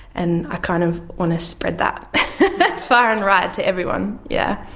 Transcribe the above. and i kind of want to spread that that far and wide to everyone, yeah.